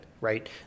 right